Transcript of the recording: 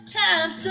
time